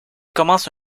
commence